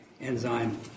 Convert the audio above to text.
enzyme